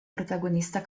protagonista